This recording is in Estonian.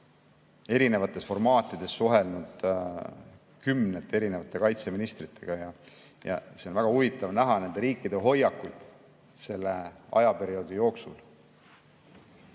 erinevates formaatides suhelnud kümnete kaitseministritega ja on väga huvitav näha nende riikide hoiakut selle ajaperioodi jooksul.